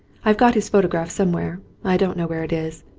i've got his photograph somewhere, i don't know where it is.